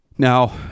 Now